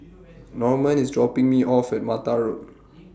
Normand IS dropping Me off At Mattar Road